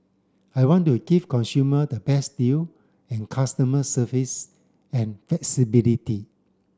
I want to give consumer the best deal and customer service and flexibility